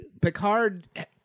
Picard